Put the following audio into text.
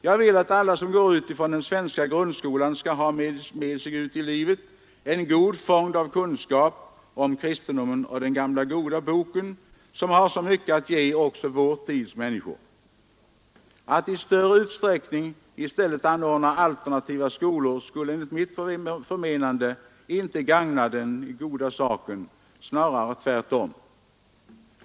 Jag vill att alla som går ut från den svenska grundskolan skall ha med sig ut i livet en god fond av kunskap om kristendomen och den gamla goda Boken, som har så mycket att ge också vår tids människor. Att i större utsträckning i stället anordna alternativa skolor skulle enligt mitt förmenande inte gagna den goda saken — snarare tvärtom.